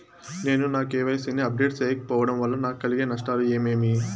నేను నా కె.వై.సి ని అప్డేట్ సేయకపోవడం వల్ల నాకు కలిగే నష్టాలు ఏమేమీ?